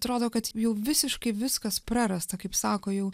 atrodo kad jau visiškai viskas prarasta kaip sako jau